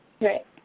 Right